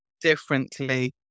differently